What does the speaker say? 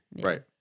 Right